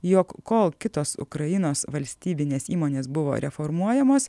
jog kol kitos ukrainos valstybinės įmonės buvo reformuojamos